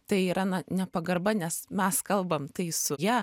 tai yra na nepagarba nes mes kalbam tai su ja